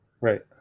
right